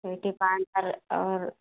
स्वीटी पान पर और